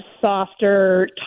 softer